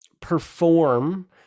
perform